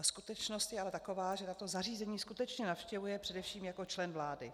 Skutečnost je ale taková, že tato zařízení skutečně navštěvuje především jako člen vlády.